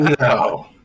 No